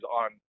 on